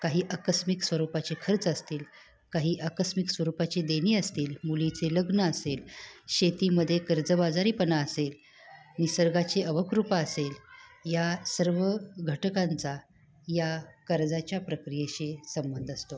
काही आकस्मिक स्वरूपाचे खर्च असतील काही आकस्मिक स्वरूपाची देणी असतील मुलीचे लग्न असेल शेतीमध्ये कर्जबाजारीपणा असेल निसर्गाची अवकृपा असेल या सर्व घटकांचा या कर्जाच्या प्रक्रियेशी संबंध असतो